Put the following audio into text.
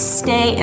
stay